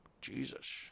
Jesus